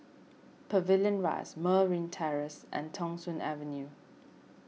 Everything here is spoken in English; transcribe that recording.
Pavilion Rise Merryn Terrace and Thong Soon Avenue